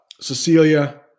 Cecilia